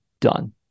done